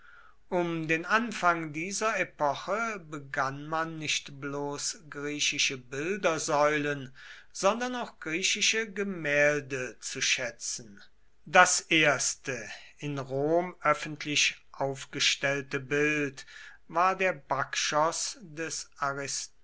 um den anfang dieser epoche begann man nicht bloß griechische bildsäulen sondern auch griechische gemälde zu schätzen das erste im rom öffentlich aufgestellte bild war der bakchos des